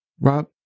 Rob